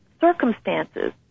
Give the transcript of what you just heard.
circumstances